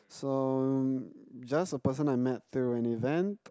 so um just a person I met through an event